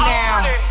now